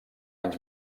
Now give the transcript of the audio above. anys